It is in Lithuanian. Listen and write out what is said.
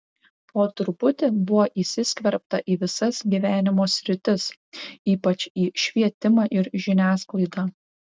po truputį buvo įsiskverbta į visas gyvenimo sritis ypač į švietimą ir žiniasklaidą